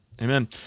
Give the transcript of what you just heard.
Amen